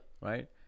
Right